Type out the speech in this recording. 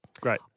Great